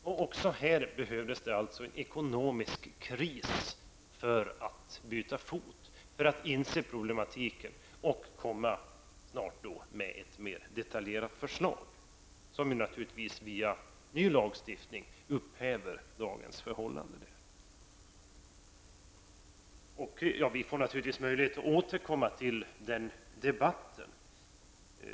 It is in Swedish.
Även i detta sammanhang behövs det alltså en ekonomisk kris för att socialdemokraterna skulle byta fot och för att inse problematiken och komma -- snart -- med ett mer detaljerat förslag, som naturligtvis via ny lagstiftning upphäver dagens förhållanden. Vi får naturligtvis möjlighet att återkomma till den debatten.